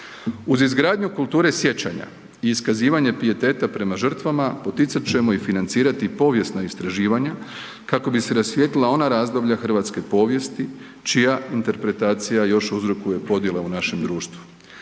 Uz izgradnju kulture sjećanja i iskazivanje pijeteta prema žrtvama poticat ćemo i financirati povijesna istraživanja kako bi se rasvijetlila ona razdoblja hrvatske povijesti čija interpretacija još uvije uzrokuje podijele u našem društvu.